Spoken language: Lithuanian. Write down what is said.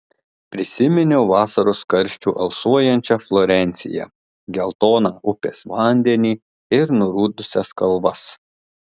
prisiminiau vasaros karščiu alsuojančią florenciją geltoną upės vandenį ir nurudusias kalvas